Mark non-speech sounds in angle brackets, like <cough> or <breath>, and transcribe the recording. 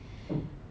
<breath>